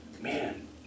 man